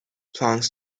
plans